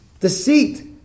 Deceit